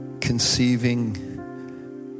conceiving